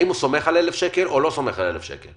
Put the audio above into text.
האם הוא סומך על 1,000 שקל או לא סומך על 1,000 שקל?